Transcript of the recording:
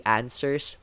answers